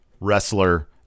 wrestler